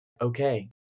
okay